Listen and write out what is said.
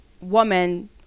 woman